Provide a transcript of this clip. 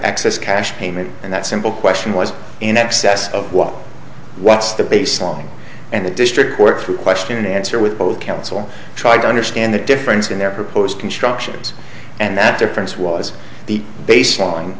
access cash payment and that simple question was in excess of what what's the base long and the district court for question and answer with both counsel tried to understand the different in their proposed constructions and that difference was